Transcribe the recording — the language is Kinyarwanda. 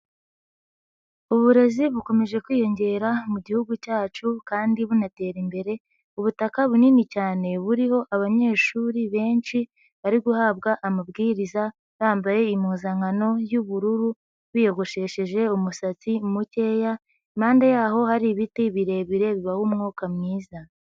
Uburezi bukomeje kwiyongera mu gihugu cyacu kandi bunatera imbere, ubutaka bunini cyane buriho abanyeshuri benshi bari guhabwa amabwiriza, bambaye impuzankano y'ubururu, biyogoshesheje umusatsi mukeya, impande yaho hari ibiti birebire bibaha umwuka mwiza.